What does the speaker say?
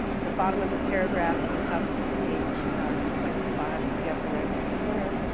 the bottom of the paragraph, on the top of page twenty five, so the upper right hand corner,